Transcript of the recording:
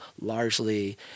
largely